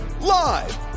live